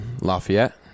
Lafayette